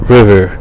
River